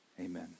Amen